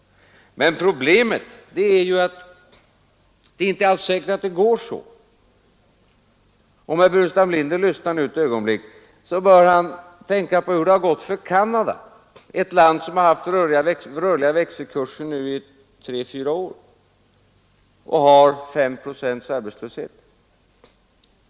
Men problemet är ju att det inte alls är säkert att det går så. Om herr Burenstam Linder nu lyssnar ett ögonblick bör han tänka på hur det gått för Canada, ett land som nu har haft rörliga växelkurser i tre fyra år och som har 5 procents arbetslöshet.